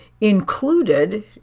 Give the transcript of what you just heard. included